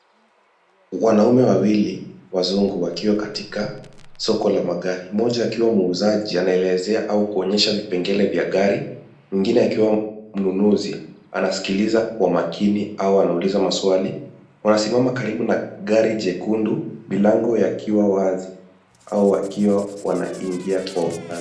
Wanaume wawili wazungu wakiwa katika soko la magari, mmoja akiwa muuzaji anaelezea au kuonyesha vipengele vya gari mwingine akiwa mnunuzi, anasikiliza kwa makini au anauliza maswali .Wanasimama karibu na gari jekundu milango yakiwa wazi au wakiwa wanaingia kwa mfano.